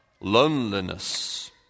loneliness